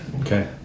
Okay